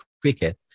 cricket